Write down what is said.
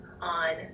on